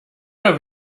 oder